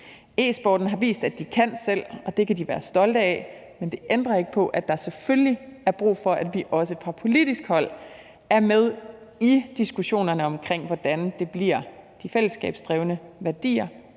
E-sporten har vist, at de kan selv, og det kan de være stolte af, men det ændrer ikke på, at der selvfølgelig er brug for, at vi også fra politisk hold er med i diskussionerne omkring, hvordan det bliver de fællesskabsdrevne værdier,